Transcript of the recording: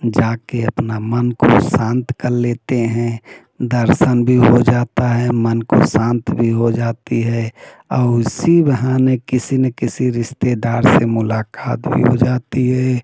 जाके अपना मन को शांत कर लेते हैं दर्शन भी हो जाता है मन को शांत भी हो जाती है और इसी बहाने किसी ना किसी रिश्तेदार से मुलाकात भी हो जाती है